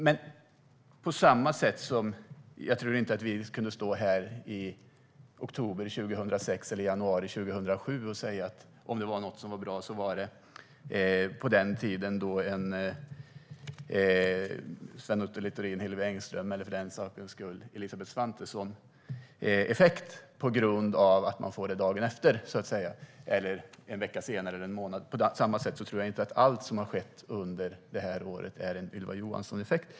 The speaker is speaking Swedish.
Men lika lite som vi kunde stå här i oktober 2006 eller i januari 2007 och säga att allt bra var en Sven Otto Littorin-effekt, eller därefter Hillevi Engström-effekt eller Elisabeth Svantesson-effekt, kan man säga att allt som har skett under detta år är en Ylva Johansson-effekt.